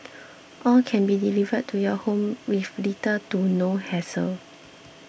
all can be delivered to your home with little to no hassle